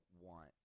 want